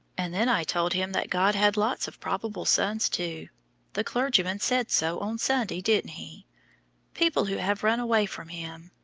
and then i told him that god had lots of probable sons, too the clergyman said so on sunday, didn't he people who have run away from him.